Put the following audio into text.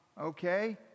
okay